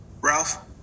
Ralph